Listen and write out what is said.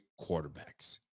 quarterbacks